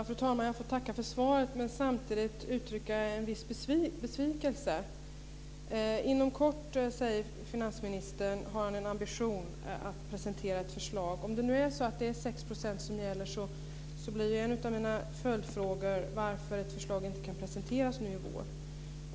Fru talman! Jag får tacka för svaret men samtidigt uttrycka en viss besvikelse. Finansministern säger att han har en ambition att inom kort presentera ett förslag. Om det nu är så att det är 6 % som gäller blir min följdfråga varför ett förslag inte kan presenteras nu i vår.